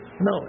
No